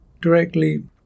directly